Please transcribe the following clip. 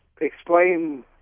explain